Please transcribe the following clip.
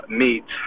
meat